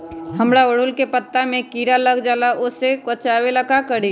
हमरा ओरहुल के पत्ता में किरा लग जाला वो से बचाबे ला का करी?